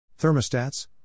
Thermostats